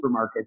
supermarkets